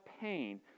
pain